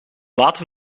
late